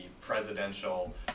presidential